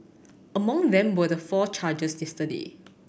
among them were the four charged yesterday